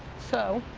so,